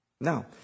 Now